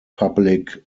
public